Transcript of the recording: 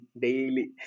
daily